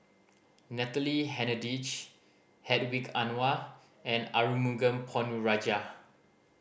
Natalie Hennedige Hedwig Anuar and Arumugam Ponnu Rajah